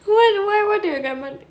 what why what did your grandma do